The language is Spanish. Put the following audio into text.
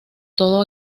todo